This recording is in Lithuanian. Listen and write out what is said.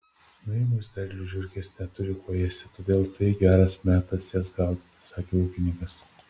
nuėmus derlių žiurkės neturi ko ėsti todėl tai geras metas jas gaudyti sakė ūkininkas